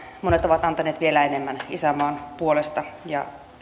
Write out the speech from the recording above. monet ovat antaneet vielä enemmän isänmaan puolesta ja